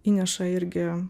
įneša irgi